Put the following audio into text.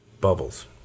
Bubbles